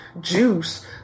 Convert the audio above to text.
juice